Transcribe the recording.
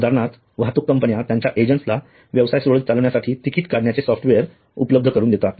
उदाहरणार्थ वाहतूक कंपन्या त्यांच्या एजंटना व्यवसाय सुरळीत चालवण्यासाठी तिकीट काढण्याचे सॉफ्टवेअर उपलब्ध करून देतात